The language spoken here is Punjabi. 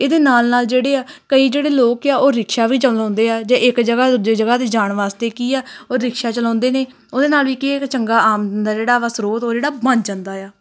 ਇਹਦੇ ਨਾਲ ਨਾਲ ਜਿਹੜੇ ਆ ਕਈ ਜਿਹੜੇ ਲੋਕ ਆ ਉਹ ਰਿਕਸ਼ਾ ਵੀ ਚਲਾਉਂਦੇ ਆ ਜੇ ਇੱਕ ਜਗ੍ਹਾ ਤੋਂ ਦੂਜੇ ਜਗ੍ਹਾ 'ਤੇ ਜਾਣ ਵਾਸਤੇ ਕੀ ਆ ਉਹ ਰਿਕਸ਼ਾ ਚਲਾਉਂਦੇ ਨੇ ਉਹਦੇ ਨਾਲ ਵੀ ਕਿ ਚੰਗਾ ਆਮ ਦਾ ਜਿਹੜਾ ਵਾ ਸਰੋਤ ਉਹ ਜਿਹੜਾ ਬਣ ਜਾਂਦਾ ਆ